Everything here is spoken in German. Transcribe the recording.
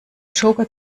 joker